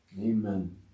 Amen